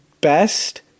best